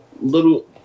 little